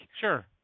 Sure